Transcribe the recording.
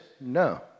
No